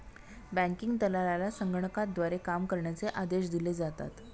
banking दलालाला संगणकाद्वारे काम करण्याचे आदेश दिले जातात